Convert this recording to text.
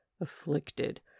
afflicted